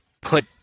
put